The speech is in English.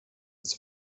its